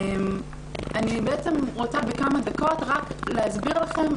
אני רוצה בכמה דקות להסביר לכם,